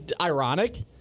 ironic